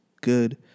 good